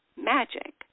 magic